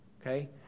Okay